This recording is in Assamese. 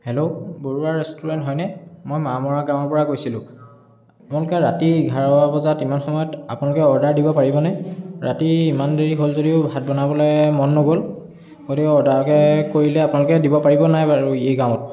হেল্ল' বৰুৱা ৰেষ্টোৰেণ্ট হয়নে মই মাহমৰা গাঁৱৰ পৰা কৈছিলো আপোনালোকে ৰাতি এঘাৰ বজাত ইমান সময়ত আপোনালোকে অৰ্ডাৰ দিব পাৰিবনে ৰাতি ইমান দেৰি হ'ল যদিও ভাত বনাবলৈ মন নগ'ল গতিকে অৰ্ডাৰকে কৰিলে আপোনলোকে দিব পাৰিবনে নাই বাৰু এই গাঁৱত